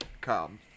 come